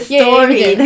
story